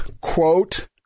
quote